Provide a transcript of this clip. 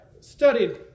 studied